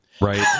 Right